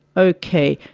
okay,